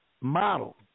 model